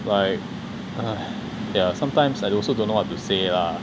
like yeah sometimes I also don't know what to say lah